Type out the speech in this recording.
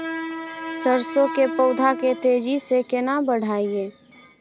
सरसो के पौधा के तेजी से केना बढईये?